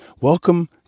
welcome